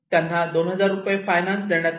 त्यांना 2000 रुपये फायनान्स देण्यात आला